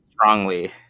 strongly